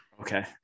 Okay